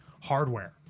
hardware